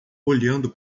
olhando